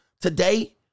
Today